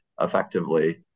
effectively